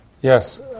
Yes